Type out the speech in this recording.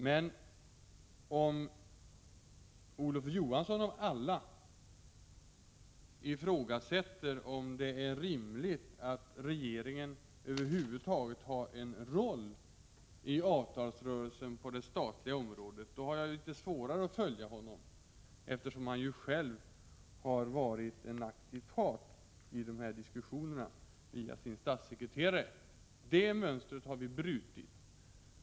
Men om Olof Johansson av alla ifrågasätter om det är rimligt att regeringen över huvud taget har en roll i avtalsrörelsen på det statliga området, har jag litet svårare att följa honom. Han har ju själv varit aktiv part i diskussionerna via sin statssekreterare. Det mönstret har vi emellertid brutit.